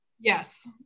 Yes